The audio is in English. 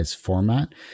format